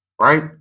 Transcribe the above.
right